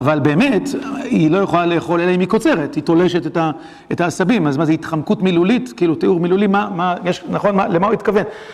אבל באמת, היא לא יכולה לאכול אלא אם היא קוצרת, היא תולשת את העשבים. אז מה זה התחמקות מילולית? כאילו, תיאור מילולי, יש, נכון, למה הוא התכוון?